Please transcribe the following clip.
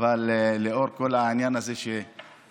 אבל לאור כל העניין הזה של הצבעים,